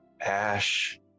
Ash